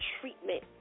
treatment